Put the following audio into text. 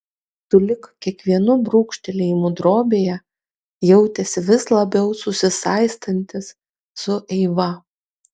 sulig kiekvienu brūkštelėjimu drobėje jautėsi vis labiau susisaistantis su eiva